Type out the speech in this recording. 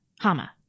Hama